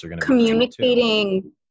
communicating